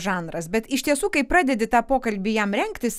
žanras bet iš tiesų kai pradedi tą pokalbį jam rengtis